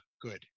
good